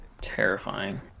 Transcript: Terrifying